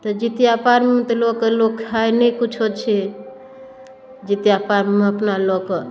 तऽ जितिया पाबनिमे तऽ लोक खाइ नहि कुछो छै जितिया पाबनिमे अपना लोक